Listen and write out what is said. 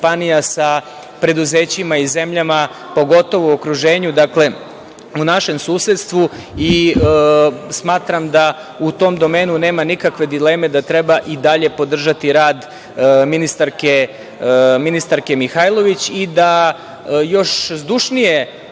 sa preduzećima i zemljama, pogotovo u okruženju, dakle, u našem susedstvu. Smatram da u tom domenu nema nikakve dileme, da treba i dalje podržati rad ministarke Mihajlović i da još zdušnije